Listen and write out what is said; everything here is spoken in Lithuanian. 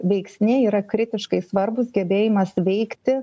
veiksniai yra kritiškai svarbūs gebėjimas veikti